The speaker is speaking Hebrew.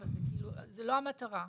זה לא המטרה,